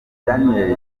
daniel